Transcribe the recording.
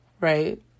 right